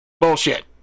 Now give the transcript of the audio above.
bullshit